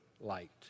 light